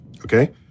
Okay